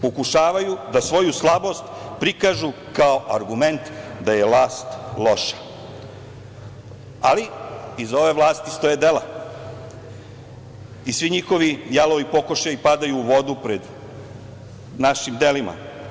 Pokušavaju da svoju slabost prikažu kao argument da je vlast loša, ali iza ove vlasti stoje dela i svi njihovi jalovi pokušaji padaju u vodu pred našim delima.